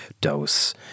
Dose